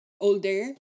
older